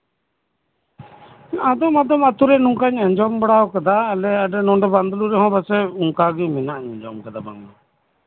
ᱟᱫᱚ ᱟᱫᱚᱢ ᱟᱹᱛᱩᱨᱤᱧ ᱟᱸᱡᱚᱢ ᱵᱟᱲᱟ ᱟᱠᱟᱫᱟ ᱟᱞᱮ ᱵᱟᱸᱫᱽᱞᱳ ᱰᱟᱝᱜᱟ ᱟᱹᱛᱩᱨᱮ ᱯᱟᱪᱮᱜ ᱚᱱᱠᱟ ᱜᱮ ᱢᱮᱱᱟᱜ ᱠᱟᱫᱟ ᱵᱟᱝᱢᱟ